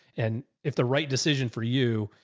and if the right decision for you.